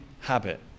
habit